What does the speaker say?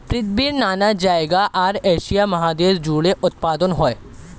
পৃথিবীর নানা জায়গায় আর এশিয়া মহাদেশ জুড়ে উৎপাদন হয়